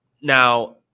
Now